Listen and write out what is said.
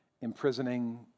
imprisoning